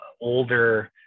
older